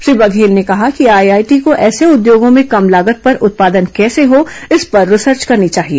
श्री बघेल ने कहा कि आईआईटी को ऐसे उद्योगों में कम लागत पर उत्पादन कैसे हो इस पर रिसर्च करनी चाहिए